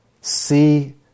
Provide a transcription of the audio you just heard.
see